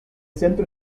centro